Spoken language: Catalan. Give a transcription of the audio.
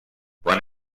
quan